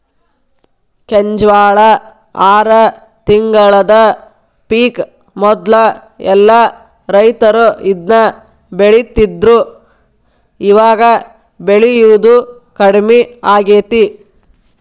ಕೆಂಜ್ವಾಳ ಆರ ತಿಂಗಳದ ಪಿಕ್ ಮೊದ್ಲ ಎಲ್ಲಾ ರೈತರು ಇದ್ನ ಬೆಳಿತಿದ್ರು ಇವಾಗ ಬೆಳಿಯುದು ಕಡ್ಮಿ ಆಗೇತಿ